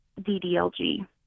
DDLG